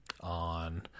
on